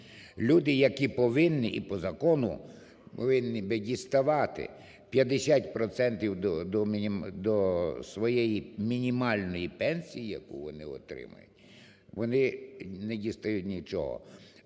Люди, які повинні і по закону повинні би діставати 50 процентів до своєї мінімальної пенсії, яку вони отримують, вони не дістають нічого.